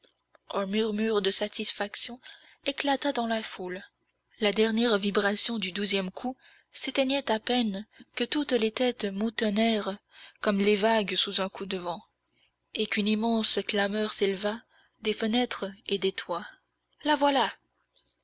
un murmure de satisfaction éclata dans la foule la dernière vibration du douzième coup s'éteignait à peine que toutes les têtes moutonnèrent comme les vagues sous un coup de vent et qu'une immense clameur s'éleva du des fenêtres et des toits la voilà